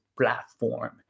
platform